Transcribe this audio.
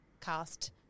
cast